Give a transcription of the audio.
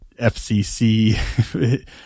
FCC